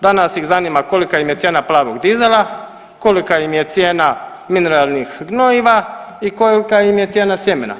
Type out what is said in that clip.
Danas ih zanima kolika im je cijena plavog dizela, kolika im je cijena mineralnih gnojiva i kolika im je cijena sjemena.